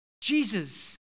Jesus